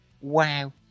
wow